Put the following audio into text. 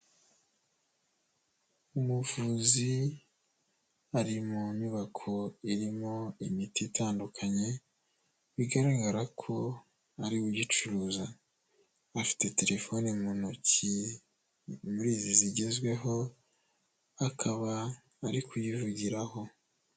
Umuvuzi ari mu nyubako irimo imiti itandukanye, bigaragara ko ari we uyicuruza, afite telefoni mu ntoki muri izi zigezweho, akaba ari kuyivugiraho.